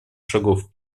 шагов